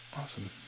awesome